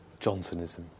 johnsonism